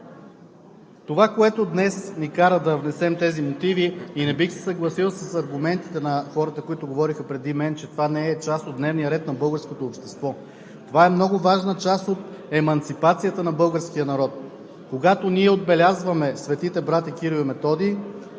Това, което ни кара да внесем тези мотиви, и не бих се съгласил с аргументите на хората, които говориха преди мен, че това не е част от дневния ред на българското общество, е много важна част от еманципацията на българския народ. Когато ние отбелязваме Светите братя Кирил и Методий,